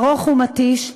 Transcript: ארוך ומתיש,